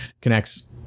connects